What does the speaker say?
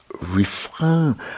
refrain